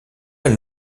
elle